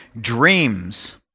dreams